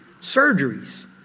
surgeries